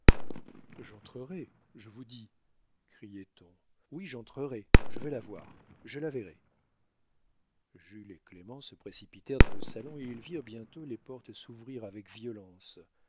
j'entrerai je vous dis criait-on oui j'entrerai je veux la voir je la verrai jules et clémence se précipitèrent dans le salon et ils virent bientôt les portes s'ouvrir avec violence